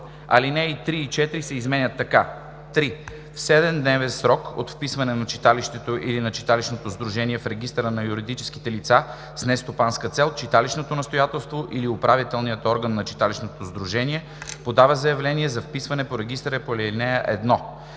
Алинеи 3 и 4 се изменят така: „(3) В 7-дневен срок от вписване на читалището или на читалищното сдружение в регистъра на юридическите лица с нестопанска цел читалищното настоятелство или управителният орган на читалищното сдружение подава заявление за вписване по регистъра по ал. 1.